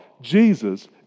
Jesus